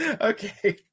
Okay